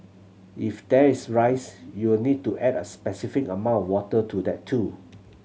if there is rice you'll need to add a specified amount water to that too